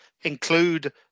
Include